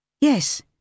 Yes